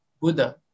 Buddha